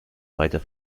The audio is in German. weiter